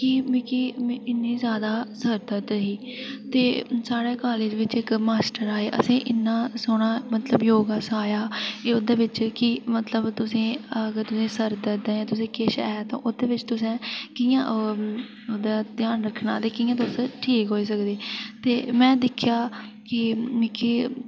ते एह् मिगी इ'न्नी जादा सिरदर्द ही ते साढ़े कॉलेज बिच इक्क मास्टर आया असें ई इ'न्ना सोह्ना मतलब योगा सखाया कि ओह्दे बिच कि अगर तुसें ई सरदर्द ऐ ते किश ऐ ते ओह्दे बिच तुसें कि'यां ध्यान रक्खना ते कि'यां तुस ठीक होई सकदे ते में दिक्खेआ कि मिगी